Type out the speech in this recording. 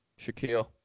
Shaquille